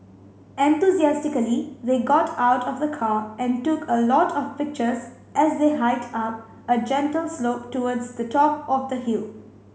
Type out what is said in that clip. enthusiastically they got out of the car and took a lot of pictures as they hiked up a gentle slope towards the top of the hill